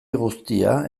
guztia